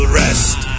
rest